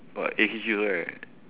got A_K_G also right